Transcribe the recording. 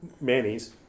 Manny's